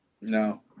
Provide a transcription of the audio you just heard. no